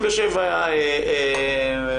כמה תקנים זה 27,000 עבודה?